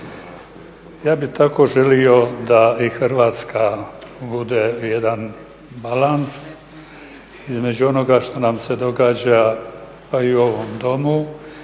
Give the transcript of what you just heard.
Ja bih tako želio da i Hrvatska bude jedan balans između onoga što nam se događa pa i u ovom Domu